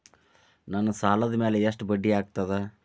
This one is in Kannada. ನನ್ನ ಸಾಲದ್ ಮ್ಯಾಲೆ ಎಷ್ಟ ಬಡ್ಡಿ ಆಗ್ತದ?